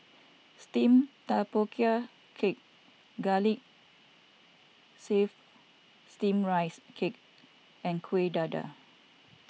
Steamed Tapioca Cake Garlic Chives Steamed Rice Cake and Kuih Dadar